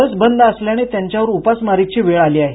बस बंद असल्यानं त्यांच्यावर उपासमारीची वेळ आली आहे